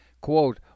Quote